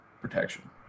protection